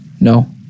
No